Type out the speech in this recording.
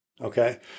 Okay